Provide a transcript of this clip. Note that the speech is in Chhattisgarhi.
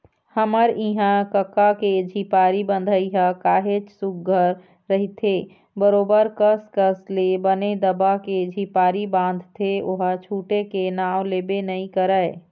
हमर इहाँ कका के झिपारी बंधई ह काहेच सुग्घर रहिथे बरोबर कस कस ले बने दबा के झिपारी बांधथे ओहा छूटे के नांव लेबे नइ करय